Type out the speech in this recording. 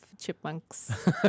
chipmunks